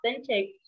authentic